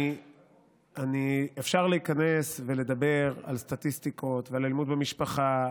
אפשר להיכנס ולדבר על סטטיסטיקות ועל אלימות במשפחה,